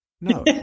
No